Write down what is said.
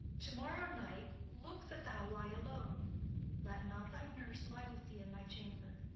to-morrow night look that thou lie alone let not the nurse lie with thee in thy chamber.